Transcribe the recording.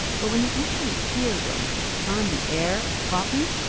but when you actually hear roman on the air, talking,